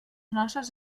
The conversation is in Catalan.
noces